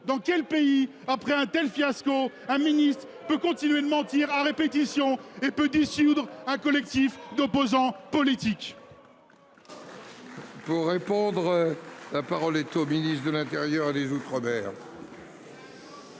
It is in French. dans quel pays après un tel fiasco. Un ministre peut continuer de mentir à répétition et peut dissoudre un collectif d'opposants politiques.